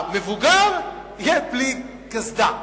המבוגר יהיה בלי קסדה.